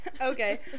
okay